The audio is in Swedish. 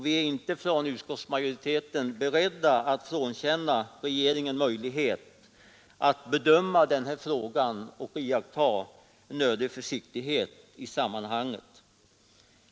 Vi är från utskottsmajoritetens sida inte beredda att frånhända regeringen möjligheten att bedöma denna fråga och att därvid iaktta nödig försiktighet i sammanhanget.